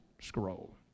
scroll